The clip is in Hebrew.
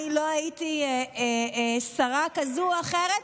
אני לא הייתי שרה כזו או אחרת,